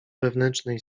wewnętrznej